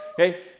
Okay